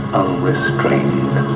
unrestrained